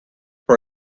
for